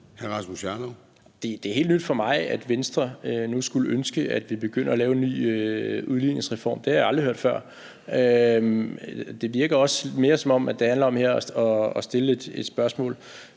Det er helt nyt for mig, at Venstre nu skulle ønske, at vi begynder at lave en ny udligningsreform; det har jeg aldrig hørt før. Det virker også mere, som om det handler om her at stille et spørgsmål